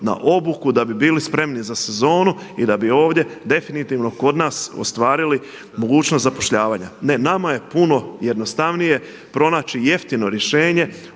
na obuku da bi bili spremni za sezonu i da bi ovdje definitivno kod nas ostvarili mogućnost zapošljavanja. Ne, nama je puno jednostavnije pronaći jeftino rješenje,